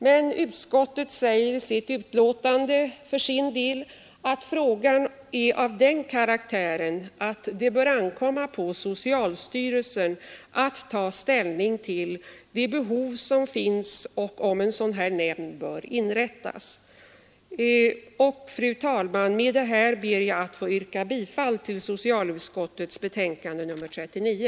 Men utskottet säger i sitt betänkande att frågan är av den karaktären att det bör ankomma på socialstyrelsen att ta ställning till behovet och lämpligheten av att inrätta en sådan nämnd. Fru talman! Med detta ber jag att få yrka bifall till socialutskottets hemställan i betänkandet 39.